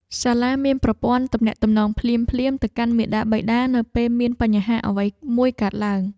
សាលាមានប្រព័ន្ធទំនាក់ទំនងភ្លាមៗទៅកាន់មាតាបិតានៅពេលមានបញ្ហាអ្វីមួយកើតឡើង។